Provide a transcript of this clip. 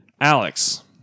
Alex